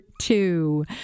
two